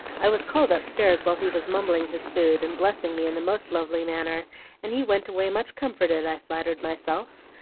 i was called upstairs while he was mumbling his food, and blessing me in the most lovely manner and he went away much comforted, i flattered myself.